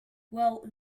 well